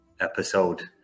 episode